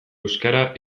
euskara